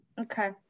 okay